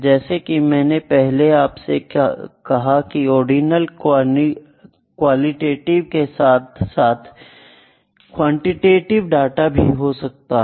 जैसा कि मैंने पहले आपसे कहा की ऑर्डिनल क्वालिटेटिव डाटा के साथ साथ क्वांटिटीव डाटा में भी हो सकते हैं